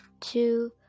two